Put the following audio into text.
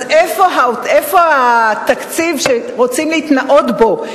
אז איפה התקציב שרוצים להתנאות בו?